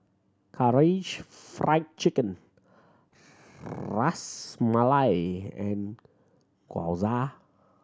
Karaage Fried Chicken Ras Malai and Gyoza